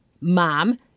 mom